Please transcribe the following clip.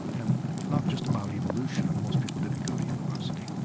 and not just about evolution. most people didn't go to university.